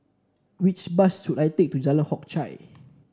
which bus should I take to Jalan Hock Chye